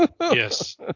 Yes